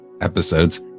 episodes